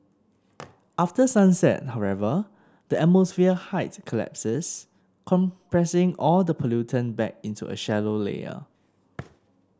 after sunset however the atmosphere height collapses compressing all the pollutant back into a shallow layer